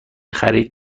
خرید